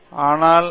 ஆனால் ஒரு ஐ